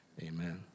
Amen